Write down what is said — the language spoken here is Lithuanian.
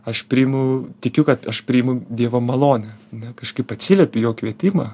aš priimu tikiu kad aš priimu dievo malonę ane kažkaip atsiliepi į jo kvietimą